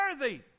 worthy